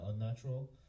unnatural